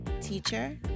teacher